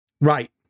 Right